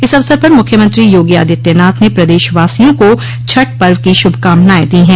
इस अवसर पर मुख्यमंत्री योगी आदित्यनाथ ने प्रदेशवासियों को छठ पर्व की श्भकामनाएं दी हैं